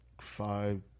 five